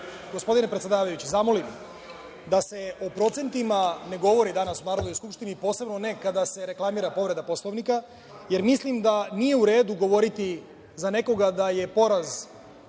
gospodine predsedavajući, zamolim da se o procentima ne govori danas u Narodnoj skupštini, posebno ne kada se reklamira povreda Poslovnika, jer mislim da nije u redu govoriti za nekoga da je poraz